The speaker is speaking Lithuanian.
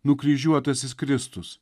nukryžiuotasis kristus